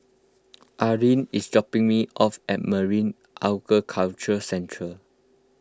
Arleen is dropping me off at Marine Aquaculture Centre